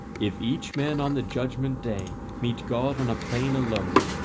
if each man on the judgment day meet god on a plain alone,